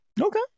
Okay